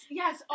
yes